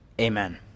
Amen